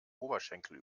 oberschenkel